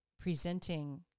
presenting